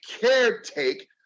caretake